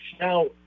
now